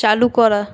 চালু করা